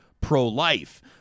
pro-life